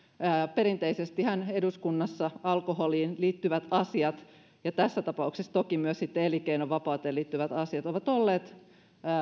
perinteisestihän eduskunnassa alkoholiin liittyvät asiat ja tässä tapauksessa toki myös sitten elinkeinovapauteen liittyvät asiat ovat olleet